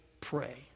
pray